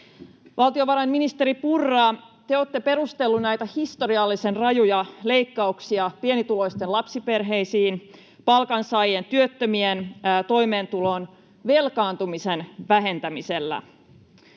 Valtiovarainministeri Purra, te olette perustellut näitä historiallisen rajuja leikkauksia pienituloisten lapsiperheiden, palkansaajien ja työttömien toimeentulosta velkaantumisen vähentämisellä,